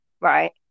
right